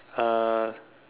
uh